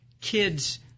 kids